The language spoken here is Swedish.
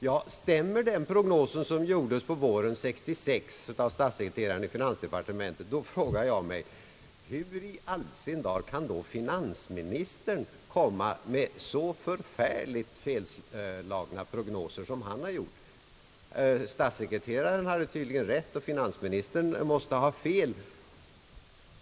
Ja, stämmer den prognos som gjordes våren 1966 av statssekreteraren i finansdepartementet, då frågar jag mig: Hur i all sin dar kan finansministern komma med så felslagna prognoser som han har gjort? Statssekreteraren hade tydligen rätt, och finansministern måste ha fel.